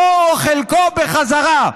כולו או חלקו, בחזרה.